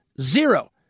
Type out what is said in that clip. zero